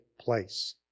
place